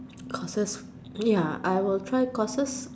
courses ya I will try courses